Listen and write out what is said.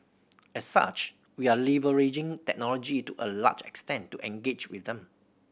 as such we are leveraging technology to a large extent to engage with them